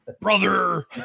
Brother